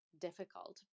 difficult